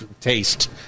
taste